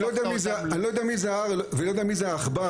לא יודע מי זה ההר ולא יודע מי זה העכבר.